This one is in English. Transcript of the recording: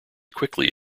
quickly